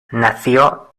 nació